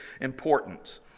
importance